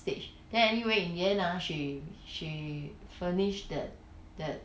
stage then anyway in the end ah she she furnish that that